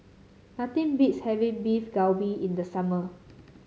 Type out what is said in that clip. nothing beats having Beef Galbi in the summer